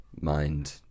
mind